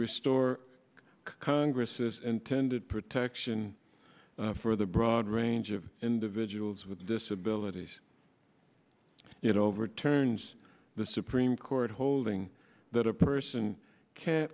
restore congress's intended protection for the broad range of individuals with disabilities you know overturns the supreme court holding that a person can